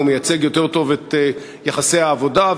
הוא מייצג יותר טוב את יחסי העבודה,